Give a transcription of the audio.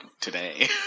today